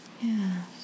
yes